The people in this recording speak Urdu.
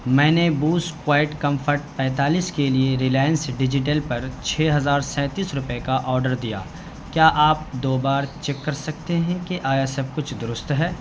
میں نے بوس کوائٹ کمفرٹ پینتالیس کے لیے ریلائنس ڈیجیٹل پر چھ ہزار سینتیس روپئے کا آڈر دیا کیا آپ دو بار چیک کر سکتے ہیں کہ آیا سب کچھ درست ہے